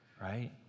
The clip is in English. Right